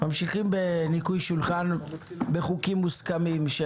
ממשיכים בניקוי שולחן בחוקים מוסכמים של